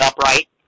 upright